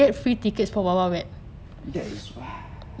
that is wild